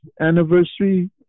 anniversary